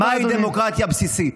מהי דמוקרטיה בסיסית.